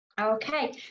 Okay